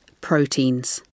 proteins